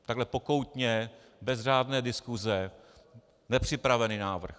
Takhle pokoutně, bez řádné diskuse, nepřipravený návrh.